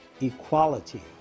equality